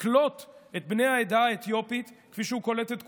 יקלוט את בני העדה האתיופית כפי שהוא קולט את כולם,